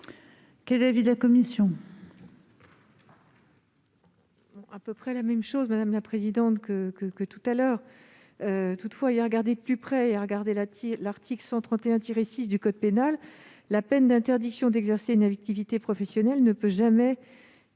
Quel est l'avis de la commission ?